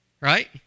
right